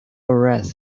wreath